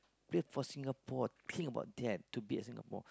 play for Singapore think about that to be at Singapore